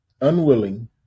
Unwilling